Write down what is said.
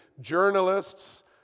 journalists